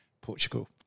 Portugal